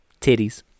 Titties